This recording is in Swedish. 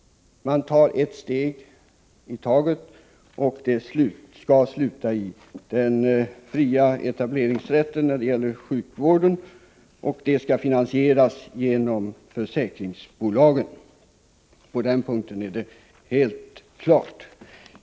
Man tar ett steg i taget för att till slut nå en fri etableringsrätt när det gäller sjukvården. Det hela skall finansieras genom försäkringsbolag. På den punken är det helt klart.